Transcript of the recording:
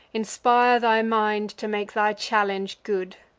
inspire thy mind to make thy challenge good!